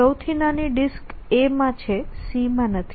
સૌથી નાની disk A માં છે C માં નથી